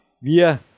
wir